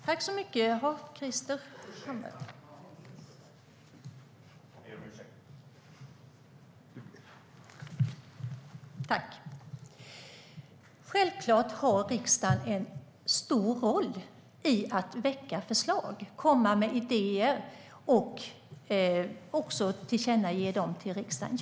Herr talman! Självklart har riksdagen en stor roll i att väcka förslag, komma med idéer och tillkännage riksdagen dem.